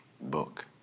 book